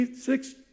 six